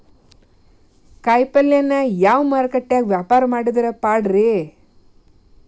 ಕಾಯಿಪಲ್ಯನ ಯಾವ ಮಾರುಕಟ್ಯಾಗ ವ್ಯಾಪಾರ ಮಾಡಿದ್ರ ಪಾಡ್ರೇ?